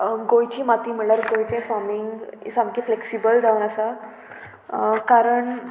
गोंयची माती म्हणल्यार गोंयचें फार्मींग सामकें फ्लेक्सिबल जावन आसा कारण